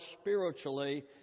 spiritually